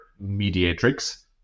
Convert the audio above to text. mediatrix